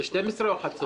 זה 12:00 או חצות?